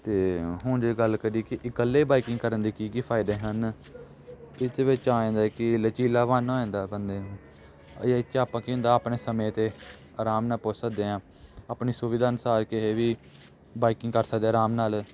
ਅਤੇ ਹੁਣ ਜੇ ਗੱਲ ਕਰੀਏ ਕਿ ਇਕੱਲੇ ਬਾਈਕਿੰਗ ਕਰਨ ਦੇ ਕੀ ਕੀ ਫਾਇਦੇ ਹਨ ਇਸਦੇ ਵਿੱਚ ਆ ਜਾਂਦਾ ਹੈ ਕਿ ਲਚੀਲਾਪਨ ਹੋ ਜਾਂਦਾ ਬੰਦੇ ਨੂੰ ਜਿਹਦੇ 'ਚ ਆਪਾਂ ਕੀ ਹੁੰਦਾ ਆਪਣੇ ਸਮੇਂ 'ਤੇ ਆਰਾਮ ਨਾਲ ਪੁੱਛ ਸਕਦੇ ਹਾਂ ਆਪਣੀ ਸੁਵਿਧਾ ਅਨੁਸਾਰ ਕਿਤੇ ਵੀ ਬਾਈਕਿੰਗ ਕਰ ਸਕਦੇ ਆਰਾਮ ਨਾਲ